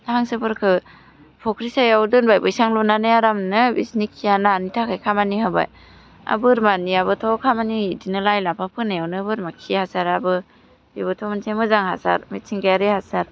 हांसोफोरखो फ'ख्रि सायाव दोनबाय बैसां लुनानै आरामनो बिसिनि खिया नानि थाखाय खामानि होबाय आरो बोरमानियाबोथ' खामानि होयो बिदिनो लाइ लाफा फोनायावनो बोरमा खि हासाराबो बेबोथ' मोनसे मोजां हासार मिथिंगायारि हासार